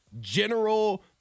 general